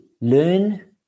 learn